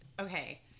okay